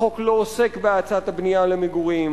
החוק לא עוסק בהאצת הבנייה למגורים,